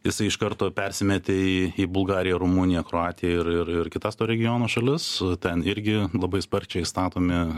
jisai iš karto persimetė į į bulgariją rumuniją kroatiją ir ir ir kitas to regiono šalis ten irgi labai sparčiai statomi